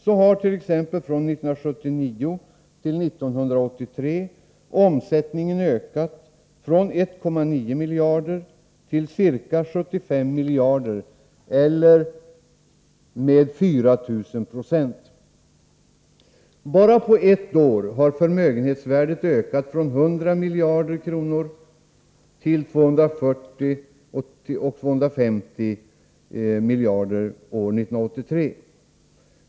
Så har t.ex. från 1979 till 1983 omsättningen ökat från 1,9 miljarder till ca 75 miljarder eller med 4 000 90. Bara på ett år har förmögenhetsvärdet ökat från 100 miljarder till 240-250 miljarder kronor år 1983.